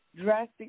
drastic